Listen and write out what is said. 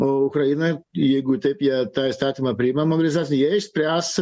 ukrainai jeigu taip jie tą įstatymą priima mobilizac jie išspręs